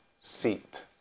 Seat